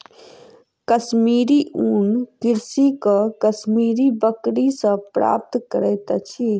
कश्मीरी ऊन कृषक कश्मीरी बकरी सॅ प्राप्त करैत अछि